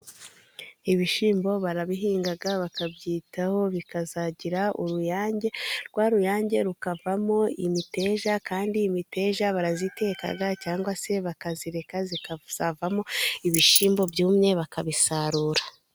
Ibishyimbo barabihinga bakabyitaho bikazagira uruyange. Rwa ruyange rukavamo imiteja. Kandi imiteja barayiteka cyangwa se bakayireka ikazavamo ibishyimbo byumye bakabisarura.